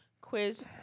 quiz